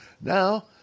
Now